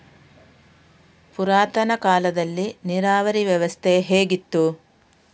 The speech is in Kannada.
ಪುರಾತನ ಕಾಲದಲ್ಲಿ ನೀರಾವರಿ ವ್ಯವಸ್ಥೆ ಹೇಗಿತ್ತು?